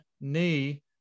knee